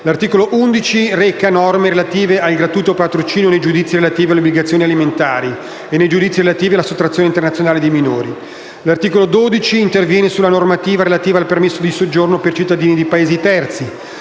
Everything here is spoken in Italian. L'articolo 11 reca norme relative al gratuito patrocinio nei giudizi relativi alle obbligazioni alimentari e nei giudizi relativi alla sottrazione internazionale di minori. L'articolo 12 interviene sulla normativa relativa al permesso di soggiorno per cittadini di Paesi terzi.